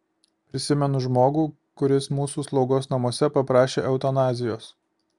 prisimenu žmogų kuris mūsų slaugos namuose paprašė eutanazijos